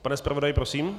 Pane zpravodaji, prosím.